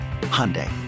Hyundai